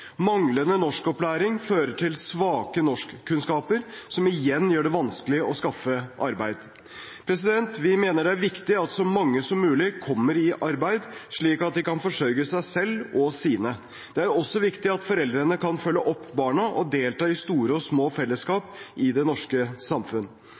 Manglende norskopplæring fører til svake norskkunnskaper, som igjen gjør det vanskelig å skaffe arbeid. Vi mener det er viktig at så mange som mulig kommer i arbeid, slik at de kan forsørge seg selv og sine. Det er også viktig at foreldrene kan følge opp barna og delta i store og små